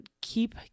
keep